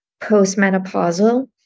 postmenopausal